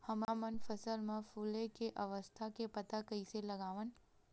हमन फसल मा फुले के अवस्था के पता कइसे लगावन?